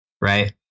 right